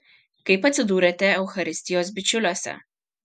kaip atsidūrėte eucharistijos bičiuliuose